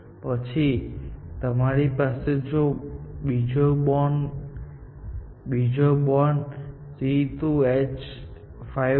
પછી તમારી પાસે બીજો બોન્ડ C2H5 છે